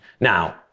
Now